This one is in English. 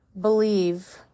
believe